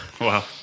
Wow